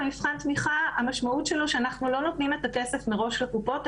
המשמעות של מבחן תמיכה היא שאנחנו לא נותנים את הכסף מראש לקופות,